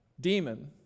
demon